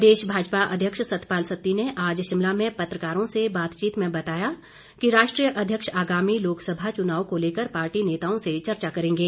प्रदेश भाजपा अध्यक्ष सतपाल सती ने आज शिमला में पत्रकारों से बातचीत में बताया कि राष्ट्रीय अध्यक्ष आगामी लोकसभा चुनाव को लेकर पार्टी नेताओं से चर्चा करेंगे